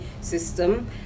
system